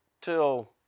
till